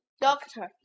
Doctor